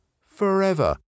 forever